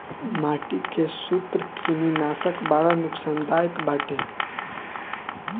माटी के सूत्रकृमिनाशक बड़ा नुकसानदायक बाटे